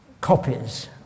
copies